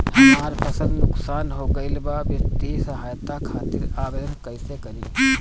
हमार फसल नुकसान हो गईल बा वित्तिय सहायता खातिर आवेदन कइसे करी?